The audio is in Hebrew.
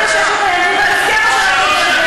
הסכם השלום.